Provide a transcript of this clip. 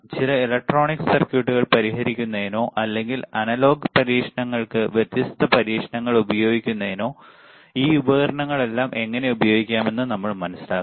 ചില ഇലക്ട്രോണിക് സർക്യൂട്ടുകൾ പരിഹരിക്കുന്നതിനോ അല്ലെങ്കിൽ അനലോഗ് പരീക്ഷണങ്ങൾക്ക് വ്യത്യസ്ത പരീക്ഷണങ്ങൾ ഉപയോഗിക്കുന്നതിനോ ഈ ഉപകരണങ്ങളെല്ലാം എങ്ങനെ ഉപയോഗിക്കാമെന്ന് നമ്മൾ മനസ്സിലാക്കും